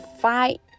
fight